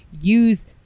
use